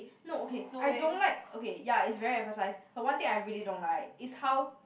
I don't like okay ya it's very emphasized but one thing I really don't like it's how